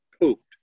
pooped